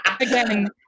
Again